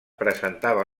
presentava